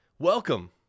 Welcome